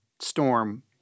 storm